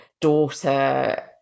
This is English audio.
daughter